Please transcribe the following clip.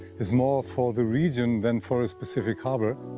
is more for the region then for a specific harbor.